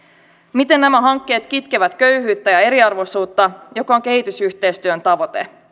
miten nämä hankkeet kitkevät köyhyyttä ja eriarvoisuutta joka on kehitysyhteistyön tavoite